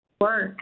work